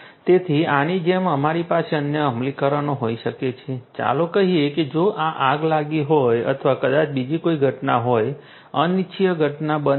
તો આની જેમ તમારી પાસે અન્ય અમલીકરણો હોઈ શકે છે ચાલો કહીએ કે જો આગ લાગી હોય અથવા કદાચ બીજી કોઈ ઘટના હોય અનિચ્છનીય ઘટના બની હોય